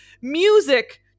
music